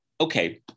Okay